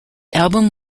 album